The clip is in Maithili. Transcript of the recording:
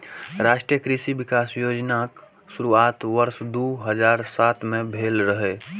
राष्ट्रीय कृषि विकास योजनाक शुरुआत वर्ष दू हजार सात मे भेल रहै